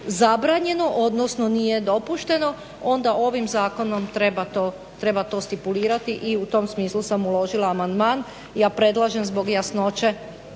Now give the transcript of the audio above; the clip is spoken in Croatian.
zabranjeno, odnosno nije dopušteno, onda ovim Zakonom treba to stipulirati i u tom smislu sam uložila amandman. Ja predlažem zbog jasnoće